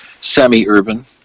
semi-urban